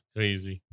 Crazy